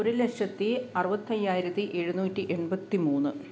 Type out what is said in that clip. ഒരുലക്ഷത്തി അറുപത്തയ്യായിരത്തി എഴുന്നൂറ്റി എൺപത്തി മൂന്ന്